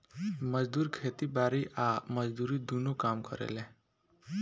मजदूर खेती बारी आ मजदूरी दुनो काम करेले